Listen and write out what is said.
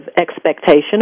expectation